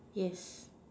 yes